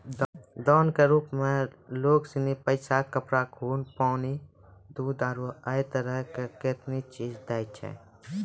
दान के रुप मे लोग सनी पैसा, कपड़ा, खून, पानी, दूध, आरु है तरह के कतेनी चीज दैय छै